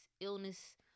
illness